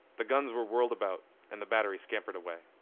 the guns were whirled about, and the battery scampered away.